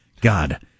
god